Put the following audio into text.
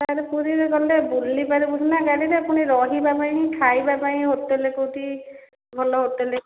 କାରଣ ପୁରୀ ରେ ଗଲେ ବୁଲି ପାରିବୁନି ନା ଗାଡ଼ି ରେ ପୁଣି ରହିବା ପାଇଁ ଖାଇବା ପାଇଁ ହୋଟେଲ କେଉଁଠି ଭଲ ହୋଟେଲ